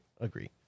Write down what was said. agree